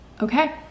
Okay